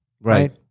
right